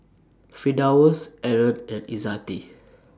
Firdaus Aaron and Izzati